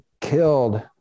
killed